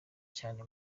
cyane